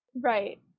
Right